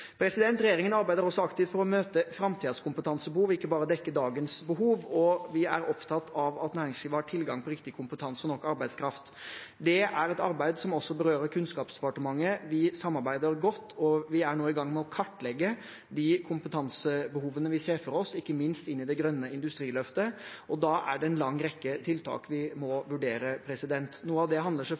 Regjeringen arbeider også aktivt for å møte framtidens kompetansebehov, ikke bare å dekke dagens behov, og vi er opptatt av at næringslivet har tilgang på riktig kompetanse og nok arbeidskraft. Det er et arbeid som også berører Kunnskapsdepartementet. Vi samarbeider godt, og vi er nå i gang med å kartlegge de kompetansebehovene vi ser for oss, ikke minst inn i det grønne industriløftet. Da er det en lang rekke tiltak vi må vurdere. Noe av det handler